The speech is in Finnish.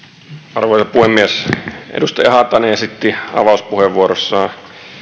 arvoisa puhemies edustaja haatainen esitti avauspuheenvuorossaan